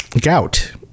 gout